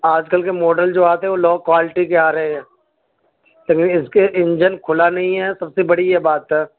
آج کل کے ماڈل جو آتے ہیں وہ لو کوالٹی کے آ رہے ہیں کبھی اس کے انجن کھلا نہیں ہے سب سے بڑی یہ بات ہے